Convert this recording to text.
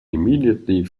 immediately